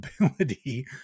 Ability